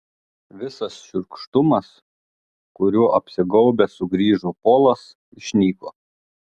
visas šiurkštumas kuriuo apsigaubęs sugrįžo polas išnyko